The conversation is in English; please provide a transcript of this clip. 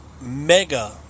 mega